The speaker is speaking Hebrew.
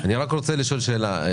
אני רוצה לשאול שאלה.